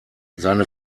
seine